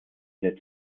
der